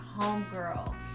homegirl